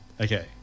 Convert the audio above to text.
Okay